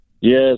Yes